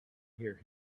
hear